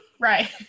Right